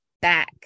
back